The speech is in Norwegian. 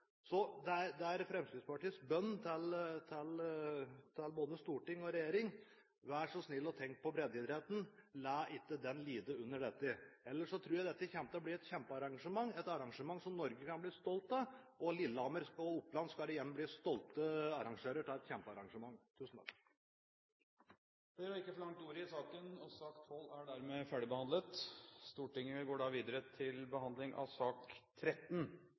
Fremskrittspartiets bønn til både storting og regjering: Vær så snill og tenk på breddeidretten! La ikke den lide under dette! Ellers tror jeg dette kommer til å bli et kjempearrangement, et arrangement som Norge kan være stolt av, og Lillehammer og Oppland skal igjen bli stolte arrangører av et kjempearrangement. Flere har ikke bedt om ordet til sak nr. 12. Etter ønske fra komiteen vil presidenten foreslå at taletiden begrenses til 40 minutter og fordeles med inntil 5 minutter til hvert parti og inntil 5 minutter til medlem av